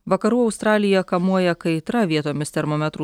vakarų australiją kamuoja kaitra vietomis termometrų